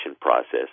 process